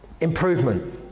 improvement